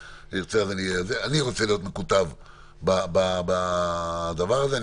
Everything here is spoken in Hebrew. אני רוצה להיות מכותב בדבר הזה.